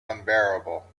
unbearable